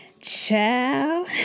ciao